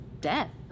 death